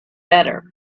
better